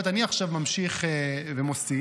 אני עכשיו ממשיך ומוסיף,